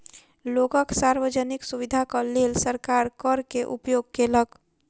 लोकक सार्वजनिक सुविधाक लेल सरकार कर के उपयोग केलक